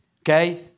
okay